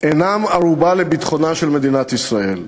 אינם ערובה לביטחונה של מדינת ישראל.